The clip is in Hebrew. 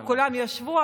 כולם ישבו,